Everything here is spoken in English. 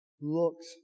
looks